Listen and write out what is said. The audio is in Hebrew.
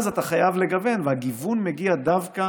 אז אתה חייב לגוון, והגיוון מגיע דווקא